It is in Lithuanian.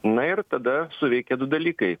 na ir tada suveikia du dalykai